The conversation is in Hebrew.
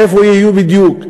איפה הם יהיו בדיוק.